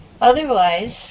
Otherwise